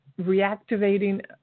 reactivating